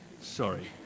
Sorry